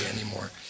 anymore